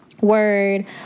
word